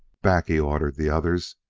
back! he ordered the others,